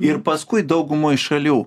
ir paskui daugumoj šalių